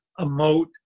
emote